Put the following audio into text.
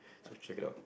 so check it out